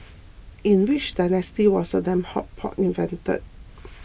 in which dynasty was the lamb hot pot invented